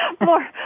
more